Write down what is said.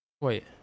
wait